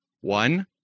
One